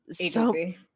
agency